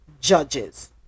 judges